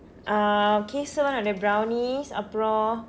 uh kaesavan-udiya brownies அப்புறம:appuram